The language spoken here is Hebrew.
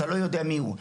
אתה לא יודע מיהו,